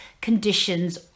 conditions